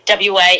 WA